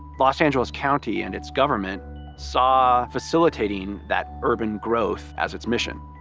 los angeles county and its government saw facilitating that urban growth as its mission.